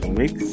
mix